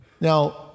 Now